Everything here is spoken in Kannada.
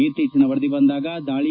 ಇತ್ತೀಚಿನ ವರದಿ ಬಂದಾಗ ದಾಳಿ